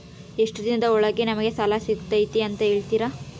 ಎಷ್ಟು ದಿನದ ಒಳಗೆ ನಮಗೆ ಸಾಲ ಸಿಗ್ತೈತೆ ಅಂತ ಹೇಳ್ತೇರಾ?